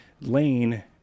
Lane